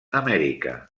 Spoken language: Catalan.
amèrica